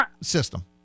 system